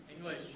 English